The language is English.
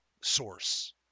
Source